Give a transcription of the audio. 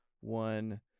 one